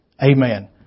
Amen